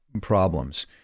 problems